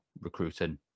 recruiting